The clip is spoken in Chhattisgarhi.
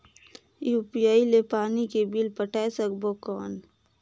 यू.पी.आई ले पानी के बिल पटाय सकबो कौन?